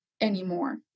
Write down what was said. anymore